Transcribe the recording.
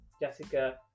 Jessica